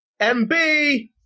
MB